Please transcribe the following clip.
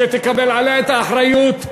שתקבל עליה את האחריות,